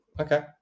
Okay